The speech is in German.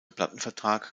plattenvertrag